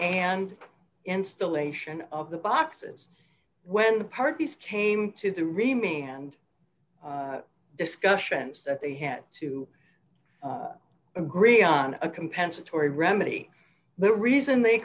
and installation of the boxes when the parties came to the reaming and discussions that they had to agree on a compensatory remedy the reason they